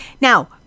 Now